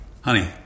Honey